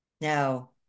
Now